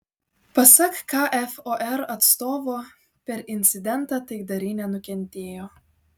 pasak kfor atstovo per incidentą taikdariai nenukentėjo